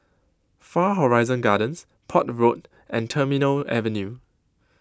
Far Horizon Gardens Port Road and Terminal Avenue